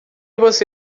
você